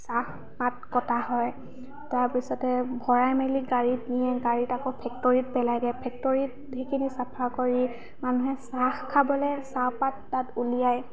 চাহপাত কটা হয় তাৰপিছতে ভৰাই মেলি গাড়ীত নিয়ে গাড়ীত আকৌ ফেক্টৰিত পেলাইগৈ ফেক্টৰিত সেইখিনি চাফা কৰি মানুহে চাহ খাবলৈ চাহপাত তাত উলিয়ায়